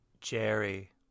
Jerry